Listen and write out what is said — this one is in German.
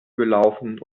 gelaufen